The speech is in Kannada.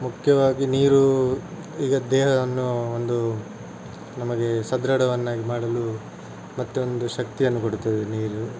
ಮುಖ್ಯವಾಗಿ ನೀರು ಈಗ ದೇಹವನ್ನು ಒಂದು ನಮಗೆ ಸದೃಢವನ್ನಾಗಿ ಮಾಡಲು ಮತ್ತೊಂದು ಶಕ್ತಿಯನ್ನು ಕೊಡುತ್ತದೆ ನೀರು